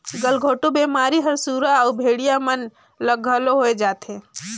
गलघोंटू बेमारी हर सुरा अउ भेड़िया मन ल घलो होय जाथे